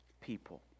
people